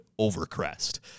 Overcrest